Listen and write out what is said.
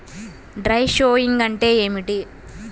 Dry sowing అంటే ఏమిటి?